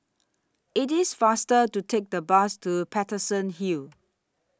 IT IS faster to Take The Bus to Paterson Hill